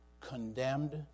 condemned